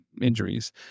injuries